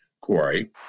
Corey